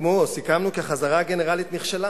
סיכמו או סיכמנו כי החזרה הגנרלית נכשלה.